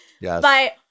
Yes